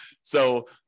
So-